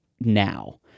now